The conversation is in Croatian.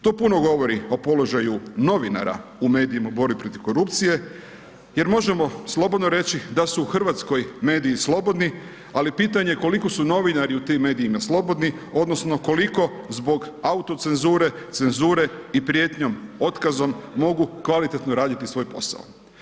To puno govori o položaju novinara u medijima u borbi protiv korupcije jer možemo slobodno reći, da su u Hrvatskoj mediji slobodni, ali pitanje je koliko su novinari u tim medijima slobodni, odnosno, koliko zbog autocenzure, cenzure i prijetnjom otkazom, mogu kvalitetno raditi svoj posao.